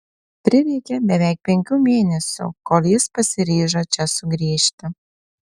prireikė beveik penkių mėnesių kol jis pasiryžo čia sugrįžti